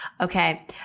Okay